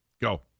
Go